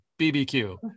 BBQ